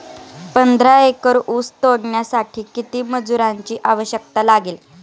पंधरा एकर ऊस तोडण्यासाठी किती मजुरांची आवश्यकता लागेल?